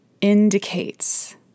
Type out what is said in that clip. indicates